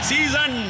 Season